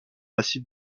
massif